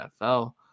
nfl